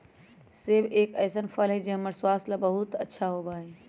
सेब एक ऐसन फल हई जो हम्मर स्वास्थ्य ला बहुत अच्छा होबा हई